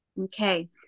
Okay